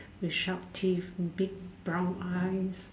the sharp teeth big brown eyes